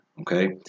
Okay